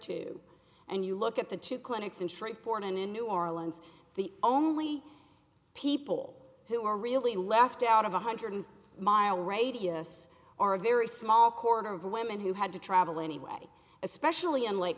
too and you look at the two clinics in shrink porn and in new orleans the only people who are really left out of a hundred mile radius are a very small corner of women who had to travel anyway especially in lake